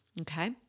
okay